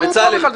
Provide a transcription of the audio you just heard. למה הוא פה בכלל?